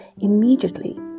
immediately